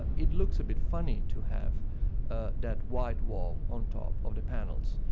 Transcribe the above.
ah it looks a bit funny to have that white wall on top of the panels,